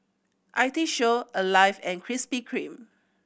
I T Show Alive and Krispy Kreme